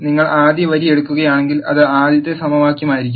നിങ്ങൾ ആദ്യ വരി എടുക്കുകയാണെങ്കിൽ അത് ആദ്യത്തെ സമവാക്യമായിരിക്കും